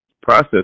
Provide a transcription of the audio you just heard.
process